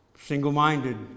single-minded